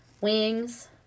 wings